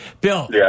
Bill